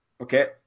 Okay